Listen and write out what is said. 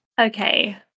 Okay